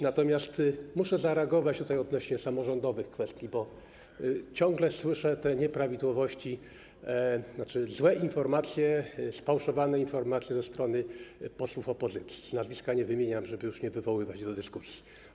Natomiast muszę zareagować tutaj odnośnie do samorządowych kwestii, bo ciągle słyszę te nieprawidłowe, złe, sfałszowane informacje ze strony posłów opozycji - z nazwiska nie wymieniam, żeby już nie wywoływać dyskusji.